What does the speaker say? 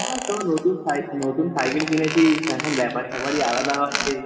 আর তোর নতুন সাই নতুন সাইকেল কিনেছিস এখন ব্যাপার স্যাপারই আলাদা হবে